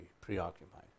preoccupied